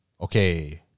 Okay